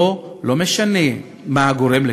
לו לא משנה מה הגורם לכך,